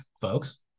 folks